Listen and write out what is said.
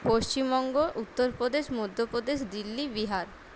Paschimbanga Uttar Pradesh Madhya Pradesh Delhi Bihar